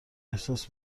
احساس